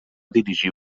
dirigir